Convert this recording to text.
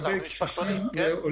זה עוד 10% מהאוכלוסייה.